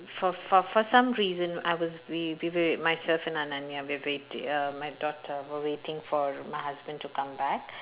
for for for some reason I was wi~ wi~ with myself and ananya wi~ with uh my daughter we're waiting for my husband to come back